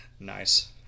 Nice